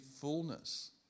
fullness